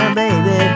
baby